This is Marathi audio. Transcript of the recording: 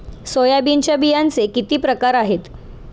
सोयाबीनच्या बियांचे किती प्रकार आहेत?